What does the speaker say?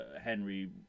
Henry